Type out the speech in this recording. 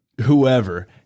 whoever